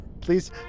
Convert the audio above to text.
please